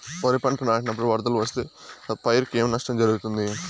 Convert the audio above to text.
వరిపంట నాటినపుడు వరదలు వస్తే పైరుకు ఏమి నష్టం జరుగుతుంది?